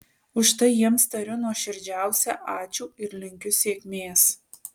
už tai jiems tariu nuoširdžiausią ačiū ir linkiu sėkmės